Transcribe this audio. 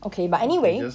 okay but anyway